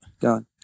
done